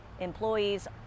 employees